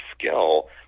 skill